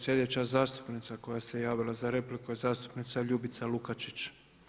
Sljedeća zastupnica koja se javila za repliku je zastupnica Ljubica Lukačić.